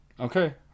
Okay